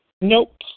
Nope